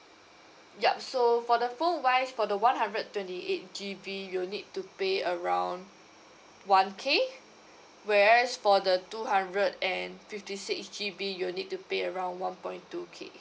ya so for the phone wise for the one hundred twenty eight G_B you'll need to pay around one K whereas for the two hundred and fifty six G_B you'll need to pay around one point two K